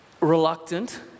Reluctant